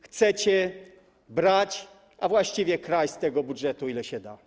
Chcecie brać, a właściwie kraść z tego budżetu, ile się da.